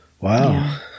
Wow